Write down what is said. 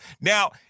Now